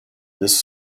this